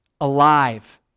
alive